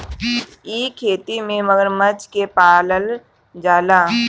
इ खेती में मगरमच्छ के पालल जाला